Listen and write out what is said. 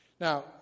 now